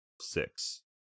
six